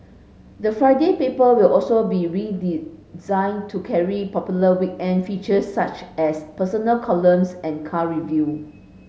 the Friday paper will also be redesigned to carry popular weekend features such as personal columns and car review